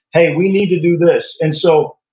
hey, we need to do this. and so,